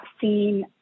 seen